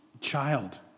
child